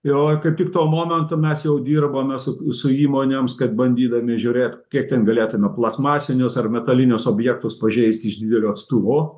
jo kaip tik tuo momentu mes jau dirbome su su įmonėms kad bandydami žiūrėt kiek ten galėtume plastmasinius ar metalinius objektus pažeist iš didelio atstumo